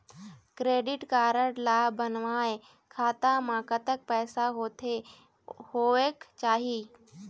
Credit card ला बनवाए खाता मा कतक पैसा होथे होएक चाही?